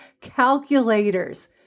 calculators